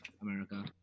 America